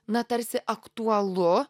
na tarsi aktualu